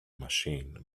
machine